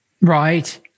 right